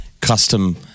custom